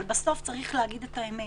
אבל בסוף צריך להגיד את האמת: